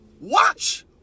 Watch